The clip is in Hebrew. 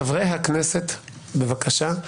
חברי הכנסת, בבקשה.